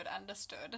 understood